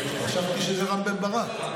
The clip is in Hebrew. חשבתי שזה רם בן ברק.